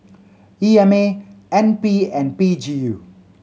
E M A N P and P G U